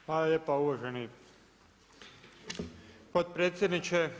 Hvala lijepa uvaženi potpredsjedniče.